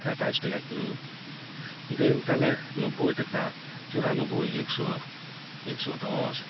ᱟᱴᱷᱟᱭᱥ ᱴᱟᱠᱟ ᱠᱤᱞᱳ ᱫᱟᱹᱞ ᱛᱟᱞᱮ ᱱᱚᱵᱵᱳᱭ ᱴᱟᱠᱟ ᱪᱳᱨᱟᱱᱳᱵᱵᱚᱭ ᱮᱠᱥᱚ ᱮᱠᱥᱚ ᱫᱚᱥ